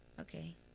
Okay